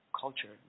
culture